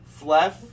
Fleff